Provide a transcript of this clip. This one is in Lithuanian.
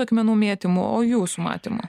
akmenų mėtymo o jūsų matymu